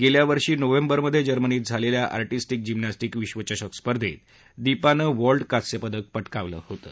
गेल्या वर्षी नोव्हेंबरमधे जर्मनीत झालेल्या आर्टिस्टीक जिम्नॅस्टीक विश्वचषक स्पर्धेत दीपानं व्हॉल्ट कांस्यपदक पटकावलं होतं